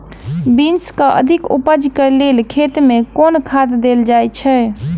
Beans केँ अधिक उपज केँ लेल खेत मे केँ खाद देल जाए छैय?